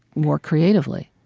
more creatively.